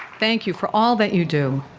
thank you for all that you do.